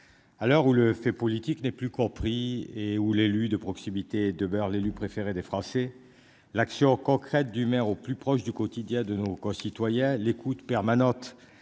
À l'heure où le fait politique n'est plus compris et où l'élue de proximité de beurre l'élu préféré des Français. L'action concrète du maire au plus proche du quotidien de nos concitoyens l'écoute permanente.